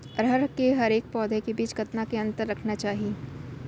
अरहर के हरेक पौधा के बीच कतना के अंतर रखना चाही?